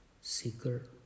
seeker